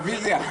רביזיה.